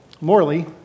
Morley